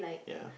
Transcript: ya